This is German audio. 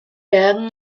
bergen